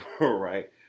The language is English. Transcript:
right